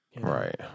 Right